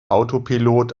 autopilot